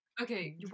Okay